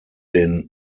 den